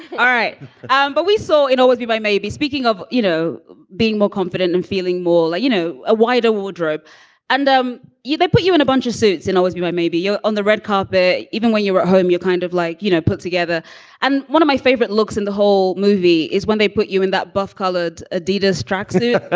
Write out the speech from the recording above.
all right um but we saw it always be by maybe speaking of, you know, being more confident and feeling more like, you know, a wider wardrobe and um you put you in a bunch of suits, and you maybe you on the red carpet, even when you were at home, you kind of like, you know, put together and one of my favorite looks in the whole movie is when they put you in that buff colored adidas tracksuit, ah